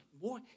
Boy